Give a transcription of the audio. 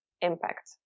impact